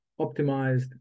optimized